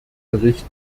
bericht